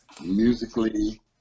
musically